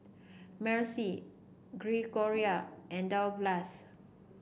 Marcy Gregoria and Douglass